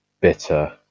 bitter